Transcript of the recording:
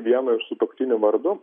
vieno iš sutuoktinių vardu